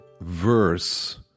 verse